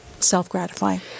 self-gratifying